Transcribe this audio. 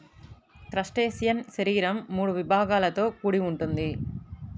crustacean శరీరం మూడు విభాగాలతో కూడి ఉంటుంది